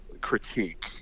critique